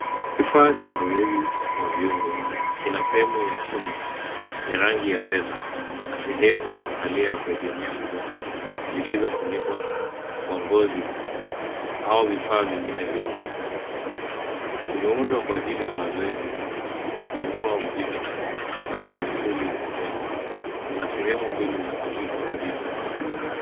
Kifaa cha mazoezi ya viungo, kina fremu ya chuma ya rangi ya fedha na sehemu ya kukalia ya kuegemea mgongo zilizofunikwa kwa ngozi au vifaa vingine vyeusi. Kimeundwa kwa ajili ya mazoezi ya kuinua uzito hasa kwa misuli ya mabega, kuna sehemu mbili za kushika uzito.